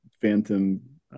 Phantom